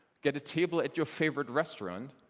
get a table at your favorite restaurant,